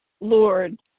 Lord